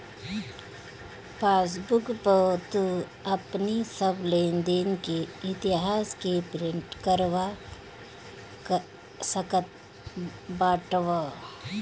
passbook पअ तू अपनी सब लेनदेन के इतिहास के प्रिंट करवा सकत बाटअ